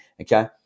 okay